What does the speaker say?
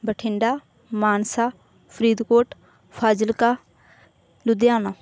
Bathinda Mansa Faridkot Fazilka Ludhiana